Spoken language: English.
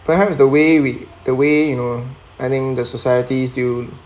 perhaps the way we the way you know I think the societies still